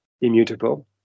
immutable